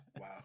Wow